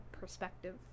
perspective